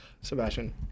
Sebastian